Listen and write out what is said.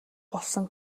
болсон